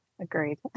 agreed